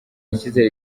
icyizere